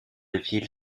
ville